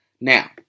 Now